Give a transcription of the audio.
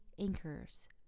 anchors